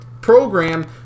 program